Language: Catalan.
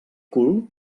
cul